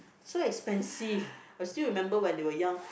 so expensive I still remember when they were young